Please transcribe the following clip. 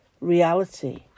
reality